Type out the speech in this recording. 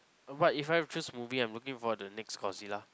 what if just movie I'm looking forward to the next Godzilla